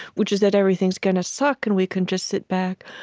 which is that everything's going to suck and we can just sit back.